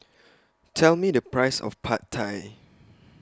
Tell Me The Price of Pad Thai